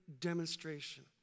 demonstration